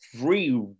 free